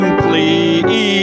please